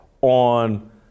on